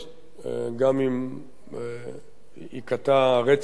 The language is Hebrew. גם אם ייקטע הרצף, כביכול,